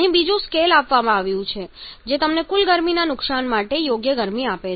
અહીં બીજું સ્કેલ આપવામાં આવ્યું છે જે તમને કુલ ગરમીના નુકશાન માટે યોગ્ય ગરમી આપે છે